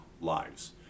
lives